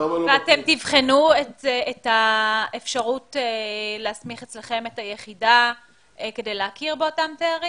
אתם תבחנו את האפשרות להסמיך אצלכם את היחידה כדי להכיר באותם תארים?